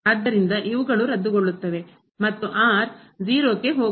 ಆದ್ದರಿಂದ ಇವುಗಳು ರದ್ದುಗೊಳ್ಳುತ್ತವೆ ಮತ್ತು 0 ಕ್ಕೆ ಹೋಗುತ್ತದೆ